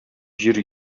җир